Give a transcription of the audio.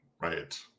Right